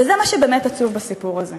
וזה מה שבאמת עצוב בסיפור הזה.